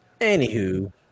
anywho